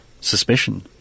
suspicion